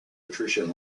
attrition